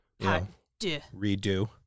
Redo